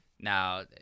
Now